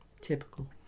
Typical